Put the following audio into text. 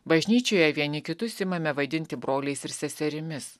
bažnyčioje vieni kitus imame vadinti broliais ir seserimis